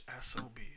SOB